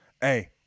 Hey